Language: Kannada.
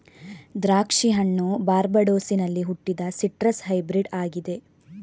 ದ್ರಾಕ್ಷಿ ಹಣ್ಣು ಬಾರ್ಬಡೋಸಿನಲ್ಲಿ ಹುಟ್ಟಿದ ಸಿಟ್ರಸ್ ಹೈಬ್ರಿಡ್ ಆಗಿದೆ